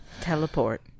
Teleport